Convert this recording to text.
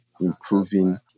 improving